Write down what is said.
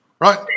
right